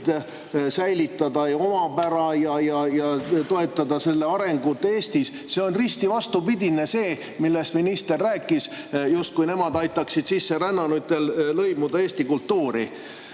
säilitada ja toetada nende [kultuuri] arengut Eestis. See on risti vastupidine sellega, millest minister rääkis: justkui nemad aitaksid sisserännanutel lõimuda Eesti kultuuri.